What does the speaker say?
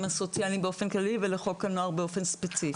הסוציאליים באופן כללי ולחוק הנוער באופן ספציפי.